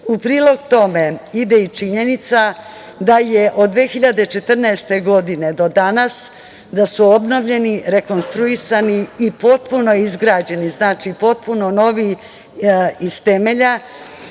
prilog tome ide i činjenica da je od 2014. godine do danas da su obnavljani, rekonstruisani i potpuno izgrađeni, znači potpuno novi iz temelja